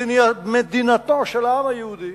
מדינתו של העם היהודי,